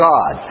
God